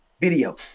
video